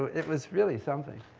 it was really something.